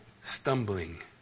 stumbling